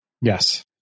Yes